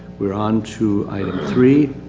we're onto item three.